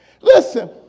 Listen